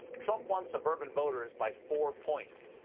trump won suburban voters by four points,